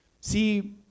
See